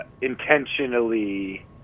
intentionally